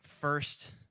first